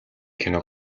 кино